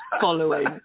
following